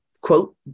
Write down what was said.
quote